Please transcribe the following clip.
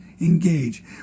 engage